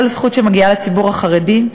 כל זכות שמגיעה לציבור החרדי,